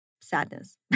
sadness